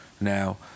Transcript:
now